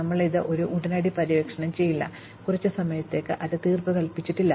ഞങ്ങൾ ഇത് ഉടനടി പര്യവേക്ഷണം ചെയ്യാനിടയില്ല കുറച്ച് സമയത്തേക്ക് അത് തീർപ്പുകൽപ്പിച്ചിട്ടില്ല